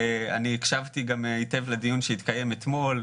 הקשבתי גם היטב לדיון שהתקיים אתמול.